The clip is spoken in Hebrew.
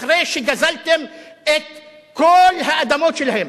אחרי שגזלתם את כל האדמות שלהם.